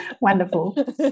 Wonderful